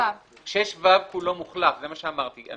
6(ו) כולו מוחלף, זה מה שאמרתי.